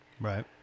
Right